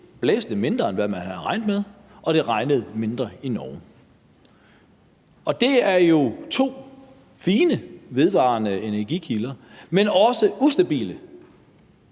blæste mindre, end man havde regnet med, og det regnede mindre i Norge. Og det er jo to fine vedvarende energikilder, men også ustabile